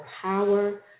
power